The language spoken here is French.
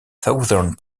southern